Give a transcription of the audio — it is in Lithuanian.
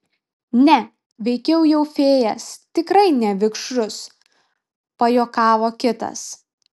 ne veikiau jau fėjas tikrai ne vikšrus pajuokavo kitas